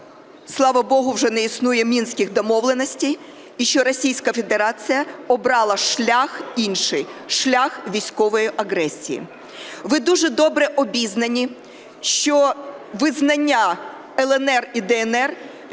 слава богу, вже не існує Мінських домовленостей і що Російська Федерація обрала шлях інший – шлях військової агресії. Ви дуже добре обізнані, що визнання "ЛНР" і "ДНР" відбулося